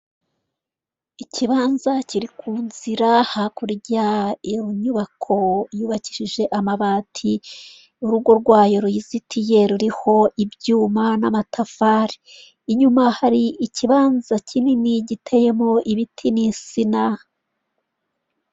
Ikibanza kiri ku nzira hakurya iyo nyubako yubakishije amabati, urugo rwayo ruyizitiye ruriho ibyuma n'amatafari, inyuma hari ikibanza kinini giteyemo ibiti n'insina.